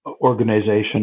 organization